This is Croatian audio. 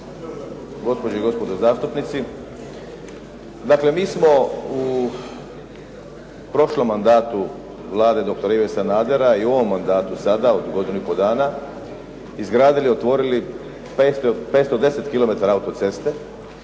gospođe i gospodo zastupnici. Dakle, mi smo u prošlom mandatu Vlade doktora Ive Sanadera i u ovom mandatu sada od godinu i pol dana izgradili, otvorili 510 km auto-ceste